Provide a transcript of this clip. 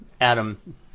Adam